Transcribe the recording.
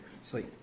sleep